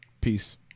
Peace